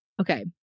Okay